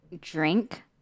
Drink